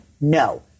No